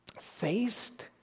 faced